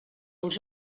als